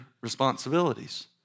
responsibilities